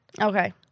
Okay